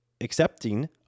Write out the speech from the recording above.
accepting